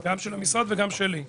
גם של המשרד וגם שלי.